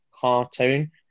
cartoon